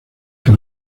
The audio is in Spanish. que